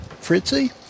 Fritzy